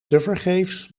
tevergeefs